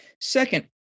Second